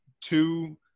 two